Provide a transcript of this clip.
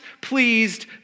pleased